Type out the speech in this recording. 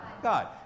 God